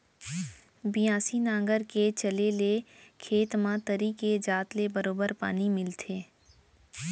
बियासी नांगर के चले ले खेत म तरी के जावत ले बरोबर पानी मिलथे